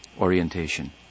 orientation